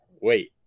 wait